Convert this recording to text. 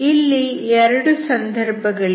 ಇಲ್ಲಿ 2 ಸಂದರ್ಭಗಳಿವೆ